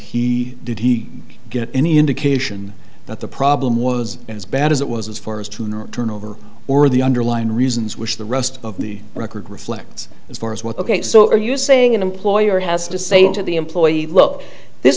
he did he get any indication that the problem was as bad as it was as far as tune or turnover or the underlying reasons which the rest of the record reflects as far as what ok so are you saying an employer has to say to the employee well this